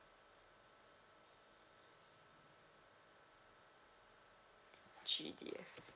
G_D_F